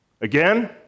Again